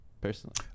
personally